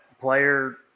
player